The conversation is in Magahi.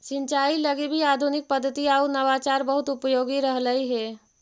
सिंचाई लगी भी आधुनिक पद्धति आउ नवाचार बहुत उपयोगी रहलई हे